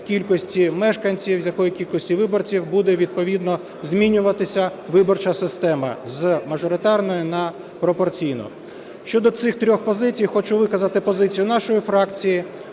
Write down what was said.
кількості мешканців, з якої кількості виборців буде відповідно змінюватися виборча система з мажоритарної на пропорційну. Щодо цих трьох позицій хочу виказати позицію нашої фракції.